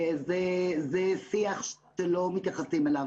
זה שיח שלא מתייחסים אליו.